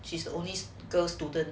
she's the only girls student